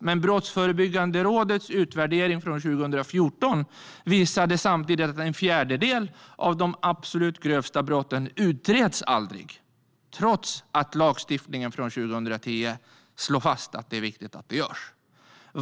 Men Brottsförebyggande rådets utvärdering från 2014 visade samtidigt att en fjärdedel av de absolut grövsta brotten aldrig utreds, trots att lagstiftningen från 2010 slår fast att det är viktigt att det görs.